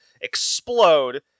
explode